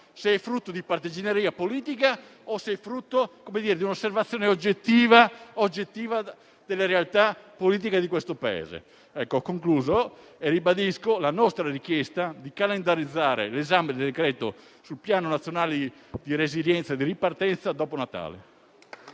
se è frutto di partigianeria politica o di un'osservazione oggettiva della realtà politica di questo Paese. Ho concluso e ribadisco la nostra richiesta di calendarizzare l'esame del decreto-legge sul Piano nazionale di ripresa e resilienza dopo Natale.